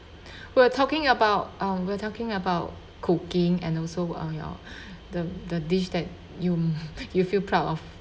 we're talking about um we're talking about cooking and also uh your the the dish that you you feel proud of